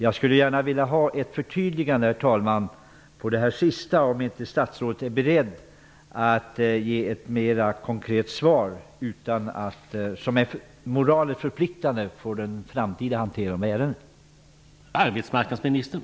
Jag skulle gärna vilja ha ett förtydligande av det som sades sist. Är statsrådet beredd att ge ett mer konkret svar som är moraliskt förpliktande när det gäller den framtida hanteringen av ärendet?